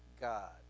God